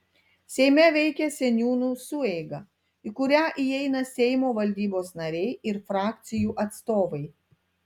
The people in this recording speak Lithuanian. seime veikia seniūnų sueiga į kurią įeina seimo valdybos nariai ir frakcijų atstovai